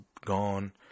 gone